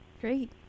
Great